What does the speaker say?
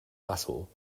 battle